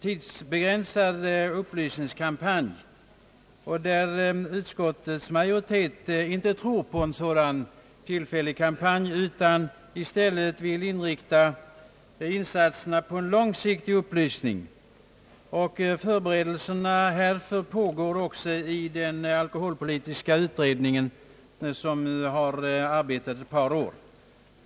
tidsbegränsad upplysningskampanj, medan utskottets majoritet inte tror på en sådan tillfällig kampanj utan i stället vill inrikta insatserna på en långsiktig upplysning. Förberedelserna härför pågår också i den alkoholpolitiska utredningen, som har arbetat ett par år.